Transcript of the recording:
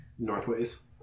northways